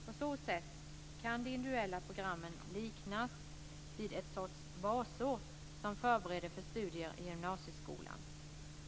På så sätt kan de individuella programmen liknas vid en sorts basår som förbereder för studier i gymnasieskolan.